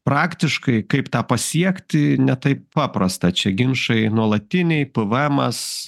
praktiškai kaip tą pasiekti ne taip paprasta čia ginčai nuolatiniai pvmas